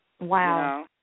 Wow